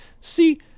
See